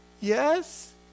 Yes